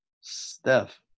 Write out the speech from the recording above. Steph